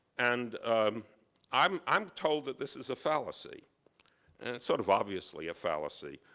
and i'm i'm told that this is a fallacy, and it's sort of obviously a fallacy.